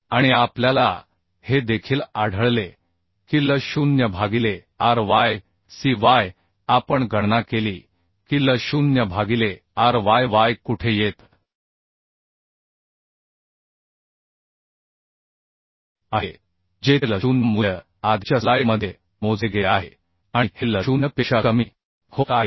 आणि आपल्याला हे देखील आढळले की l0 भागिले Ryy आपण गणना केली की l0 भागिले Ryy कुठे येत आहे जेथे l0 मूल्य आधीच्या स्लाइडमध्ये मोजले गेले आहे आणि हे l0 पेक्षा कमी होत आहे